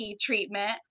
treatment